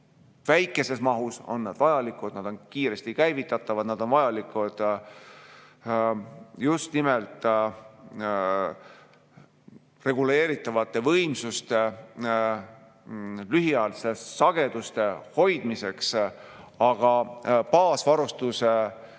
väikeses mahus on nad vajalikud, nad on kiiresti käivitatavad, nad on vajalikud just nimelt reguleeritavate võimsuste lühiajaliseks sageduste hoidmiseks, aga baasvarustuse